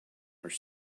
are